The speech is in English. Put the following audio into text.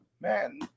Man